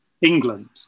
England